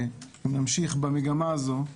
ואם נמשיך במגמה הזו אז